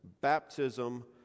Baptism